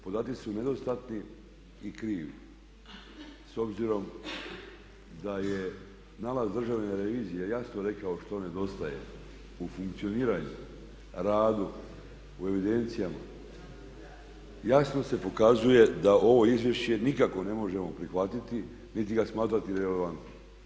Podaci su nedostatni i krivi s obzirom da je nalaz Državne revizije jasno rekao što nedostaje u funkcioniranju, radu, u evidencijama, jasno se pokazuje da ovo izvješće nikako ne možemo prihvatiti niti ga smatrati relevantnim.